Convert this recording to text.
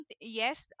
yes